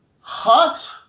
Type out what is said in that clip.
hot